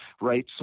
right